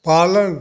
पालन